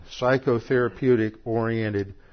psychotherapeutic-oriented